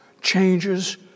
changes